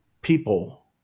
people